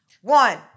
One